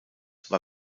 war